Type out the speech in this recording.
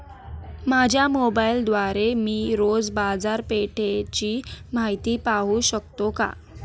माझ्या मोबाइलद्वारे मी रोज बाजारपेठेची माहिती पाहू शकतो का?